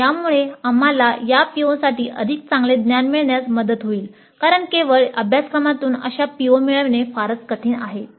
आणि यामुळे आम्हाला या POसाठी अधिक चांगले ज्ञान मिळण्यास मदत होईल कारण केवळ अभ्यासक्रमांतून अशा PO मिळविणे फारच कठीण आहे